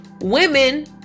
women